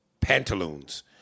pantaloons